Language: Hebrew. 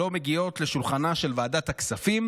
מגיעות לשולחנה של ועדת הכספים,